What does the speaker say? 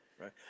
Right